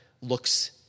looks